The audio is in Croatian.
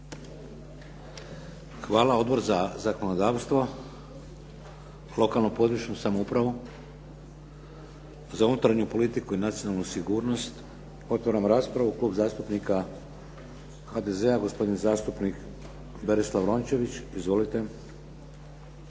Hvala. Odbor za zakonodavstvo? Lokalnu i područnu samoupravu? Za unutarnju politiku i nacionalnu sigurnost? Otvaram raspravu. Klub zastupnika HDZ-a gospodin zastupnik Berislav Rončević. Izvolite.